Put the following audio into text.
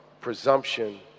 presumption